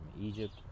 Egypt